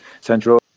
central